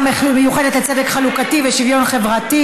המיוחדת לצדק חלוקתי ולשוויון חברתי?